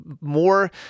more